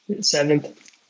seventh